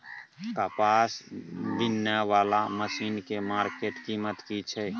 कपास बीनने वाला मसीन के मार्केट कीमत की छै?